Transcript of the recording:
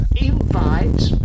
invite